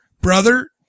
Brother